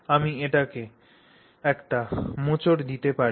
আমি এটিকে একটি মোচড় দিতে পারি